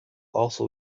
also